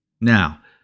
Now